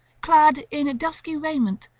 clad in dusky raiment,